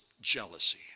jealousy